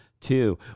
two